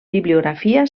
bibliografia